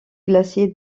glaciers